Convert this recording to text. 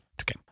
okay